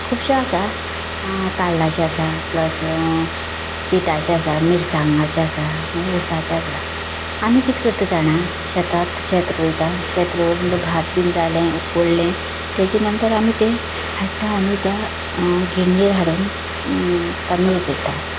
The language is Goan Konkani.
खुबशो आसा तांदळाची आसा प्लस पिटाची आसा मिरसांगाची आसा मागीर उसाची आसा आमी किद करता जाणां शेतांत शेत रोयता शेत रोंयले म्हणटकच भात बी जालें उकडलें तेजे नंतर आमी ते हाडटा आनी त्या गिण्णीर हाडून तांदूळ करता